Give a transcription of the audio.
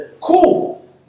Cool